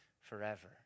forever